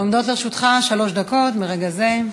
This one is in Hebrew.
עומדות לרשותך שלוש דקות מרגע זה.